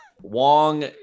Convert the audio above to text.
Wong